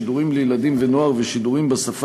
שידורים לילדים ונוער ושידורים בשפה